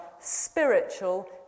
spiritual